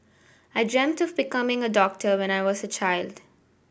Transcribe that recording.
I dreamt of becoming a doctor when I was a child